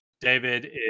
David